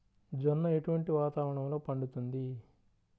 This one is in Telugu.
జొన్న ఎటువంటి వాతావరణంలో పండుతుంది?